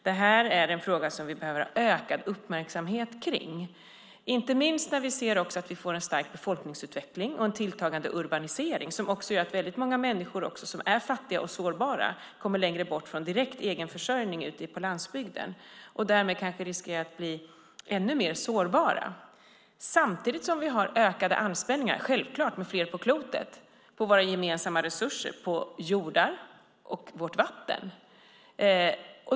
Det här är en fråga som vi behöver ha ökad uppmärksamhet kring, inte minst när vi också ser att vi får en stark befolkningsutveckling och en tilltagande urbanisering, som även gör att väldigt många människor som är fattiga och sårbara kommer längre bort från direkt egen försörjning ute på landsbygden och därmed kanske riskerar att bli ännu mer sårbara. Samtidigt har vi ökade anspänningar, vilket är självklart när vi blir fler på klotet som ska dela på våra gemensamma resurser i form av jord och vatten.